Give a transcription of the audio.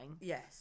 Yes